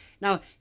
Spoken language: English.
Now